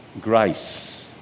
grace